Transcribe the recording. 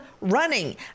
running